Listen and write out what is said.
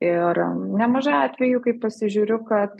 ir nemažai atvejų kai pasižiūriu kad